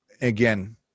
again